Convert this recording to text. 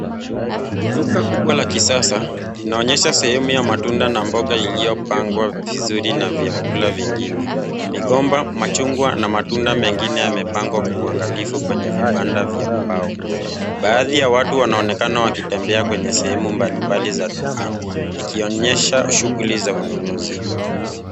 Duka kubwa la kisasa linaonyesha sehemu ya matunda na mboga iliyopangwa vizuri na vyakula vingine. Migomba, machungwa na matunda mengine yamepangwa kwa uangalifu kwenye vibanda vya mbao . Baadhi ya watu wanaonekana wakitembea kwenye sehemu mbalimbali za duka , ikionyesha shughuli za ununuzi.